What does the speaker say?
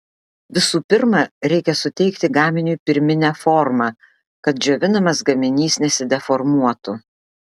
visų pirma reikia suteikti gaminiui pirminę formą kad džiovinamas gaminys nesideformuotų